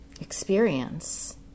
experience